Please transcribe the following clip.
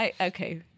Okay